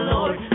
Lord